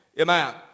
Amen